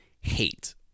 hate